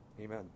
amen